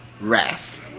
wrath